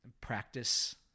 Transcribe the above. practice